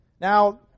Now